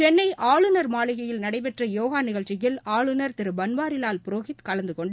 சென்னைஆளுநர் மாளிகையில் நடைபெற்றயோகாநிகழ்ச்சியில் ஆளுநர் திருபன்வாரிவால் புரோஹித் கலந்துகொண்டார்